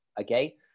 okay